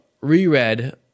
reread